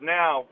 now